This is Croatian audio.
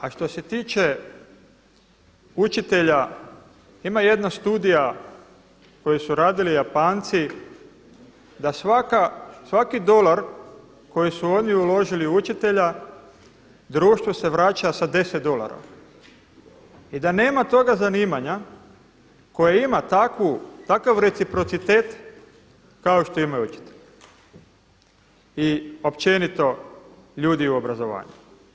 A što se tiče učitelja, ima jedna studija koju su radili Japanci da svaki dolar koji su oni uložili u učitelja, društvu se vraća sa 10 dolara i da nema toga zanimanja koje ima takav reciprocitet kao što imaju učitelji i općenito ljudi u obrazovanju.